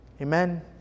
Amen